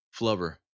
Flubber